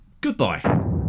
Goodbye